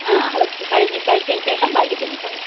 ആ അത് ഒക്കെ കഴിഞ്ഞ് കഴിച്ചതിന് ശേഷം ബാക്കി പിന്നെ പറയാം